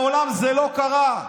מעולם זה לא קרה.